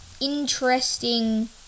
interesting